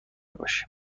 باشیم